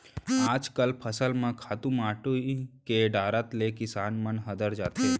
आजकल फसल म खातू माटी के डारत ले किसान मन हदर जाथें